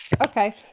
Okay